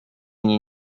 nie